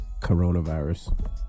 Coronavirus